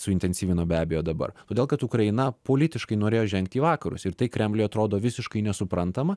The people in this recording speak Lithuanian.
suintensyvino be abejo dabar todėl kad ukraina politiškai norėjo žengti į vakarus ir tai kremliui atrodo visiškai nesuprantama